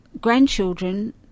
grandchildren